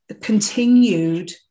continued